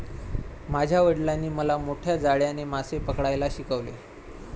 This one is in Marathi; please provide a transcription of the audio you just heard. माझ्या वडिलांनी मला मोठ्या जाळ्याने मासे पकडायला शिकवले